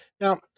Now